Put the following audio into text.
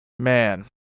Man